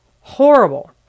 horrible